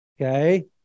Okay